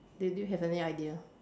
then do you have any idea